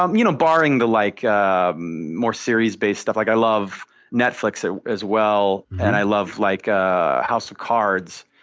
um you know, barring the like more series based stuff, like i love netflix ah as well, and i love like ah house of cards,